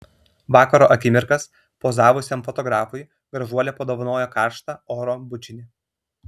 vakaro akimirkas pozavusiam fotografui gražuolė padovanojo karštą oro bučinį